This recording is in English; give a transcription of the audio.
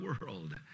world